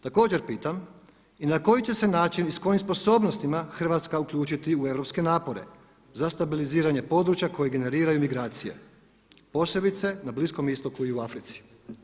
Također pitam i na koji će se način i s kojim sposobnostima Hrvatska uključiti u europske napore za stabiliziranje područja koji generiraju migracije posebice na Bliskom istoku i u Africi?